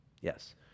yes